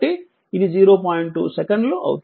2 సెకన్లు అవుతుంది